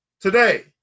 Today